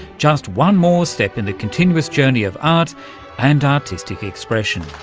just one more step in the continuous journey of art and artistic expression.